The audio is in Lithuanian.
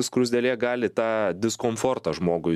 skruzdėlė gali tą diskomfortą žmogui